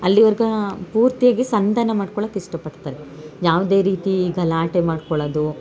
ಅಲ್ಲಿವರೆಗೂ ಪೂರ್ತಿಯಾಗಿ ಸಂಧಾನ ಮಾಡ್ಕೊಳಕ್ಕೆ ಇಷ್ಟ ಪಡ್ತಾರೆ ಯಾವುದೇ ರೀತಿ ಗಲಾಟೆ ಮಾಡ್ಕೊಳ್ಳೋದು